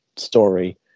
story